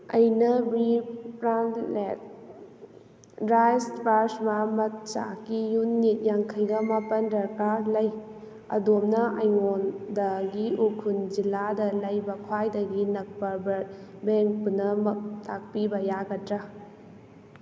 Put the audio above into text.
ꯑꯩꯅ ꯕ꯭ꯔꯤ ꯄ꯭ꯔꯥꯟꯂꯦꯠ ꯔꯥꯏꯖ ꯄ꯭ꯔꯥꯁꯃꯥ ꯃꯆꯥꯛꯀꯤ ꯌꯨꯅꯤꯠ ꯌꯥꯡꯈꯩꯒ ꯃꯥꯄꯜ ꯗꯔꯀꯥꯔ ꯂꯩ ꯑꯗꯣꯝꯅ ꯑꯩꯉꯣꯟꯗꯒꯤ ꯎꯈꯨꯟ ꯖꯤꯂꯥꯗ ꯂꯩꯕ ꯈ꯭ꯋꯥꯏꯗꯒꯤ ꯅꯛꯄ ꯕ꯭ꯔꯠ ꯕꯦꯡ ꯄꯨꯝꯅꯃꯛ ꯇꯥꯛꯄꯤꯕ ꯌꯥꯒꯗ꯭ꯔꯥ